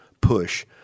push